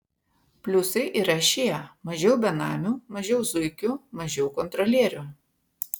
pliusai yra šie mažiau benamių mažiau zuikių mažiau kontrolierių